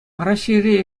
раҫҫейре